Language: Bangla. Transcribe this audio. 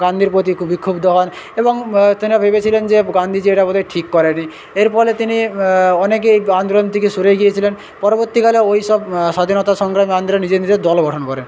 গান্ধীর প্রতি খুবই ক্ষুদ্ধ হন এবং তিনি ভেবেছিলেন যে গান্ধীজি এটা বোধহয় ঠিক করেনি এরপরে তিনি অনেকে এই আন্দোলন থেকে সরে গিয়েছিলেন পরবর্তীকালে ওইসব স্বাধীনতা সংগ্রামী আন্দোলনে নিজের নিজের দল গঠন করেন